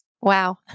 wow